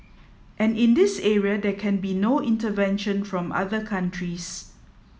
and in this area there can be no intervention from other countries